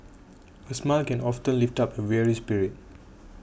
a smile can often lift up a weary spirit